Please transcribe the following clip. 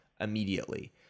immediately